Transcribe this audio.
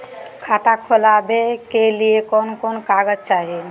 खाता खोलाबे के लिए कौन कौन कागज चाही?